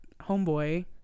homeboy